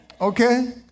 okay